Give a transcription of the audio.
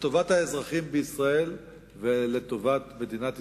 לטובת האזרחים בישראל ולטובת מדינת ישראל.